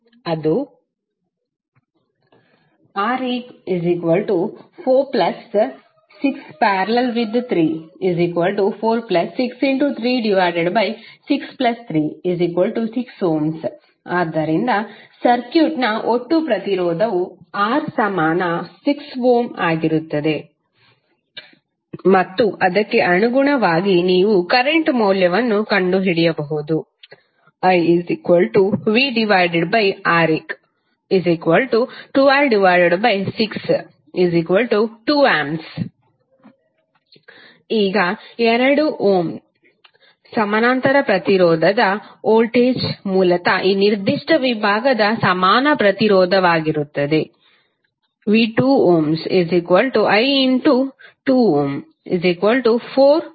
ಅದು Req46||3463636 ಆದ್ದರಿಂದ ಸರ್ಕ್ಯೂಟ್ನ ಒಟ್ಟುಪ್ರತಿರೋಧವು R ಸಮಾನ 6 ಓಮ್ ಆಗಿರುತ್ತದೆ ಮತ್ತು ಅದಕ್ಕೆ ಅನುಗುಣವಾಗಿ ನೀವು ಕರೆಂಟ್ನ ಮೌಲ್ಯವನ್ನು ಕಂಡುಹಿಡಿಯಬಹುದು iVReq1262A ಈಗ 2 ಓಮ್ನ ಸಮಾನಾಂತರ ಪ್ರತಿರೋಧದ ವೋಲ್ಟೇಜ್ ಮೂಲತಃ ಈ ನಿರ್ದಿಷ್ಟ ವಿಭಾಗದ ಸಮಾನ ಪ್ರತಿರೋಧವಾಗಿರುತ್ತದೆ v2i24 V